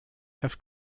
have